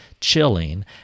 chilling